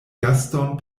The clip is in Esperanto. gaston